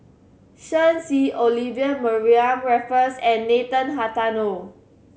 Shen Xi Olivia Mariamne Raffles and Nathan Hartono